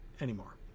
anymore